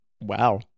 Wow